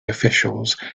officials